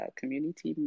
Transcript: community